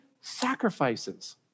sacrifices